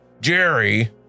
Jerry